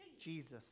Jesus